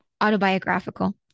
autobiographical